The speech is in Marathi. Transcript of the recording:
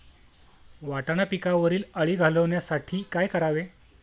वाटाणा पिकावरील अळी घालवण्यासाठी काय करावे?